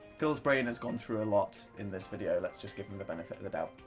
phil's brain has gone through a lot in this video, let's just give him the benefit of the doubt